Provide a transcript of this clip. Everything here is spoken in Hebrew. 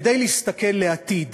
כדי להסתכל לעתיד